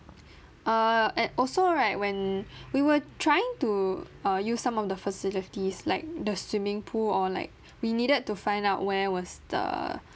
err and also right when we were trying to uh use some of the facilities like the swimming pool or like we needed to find out where was the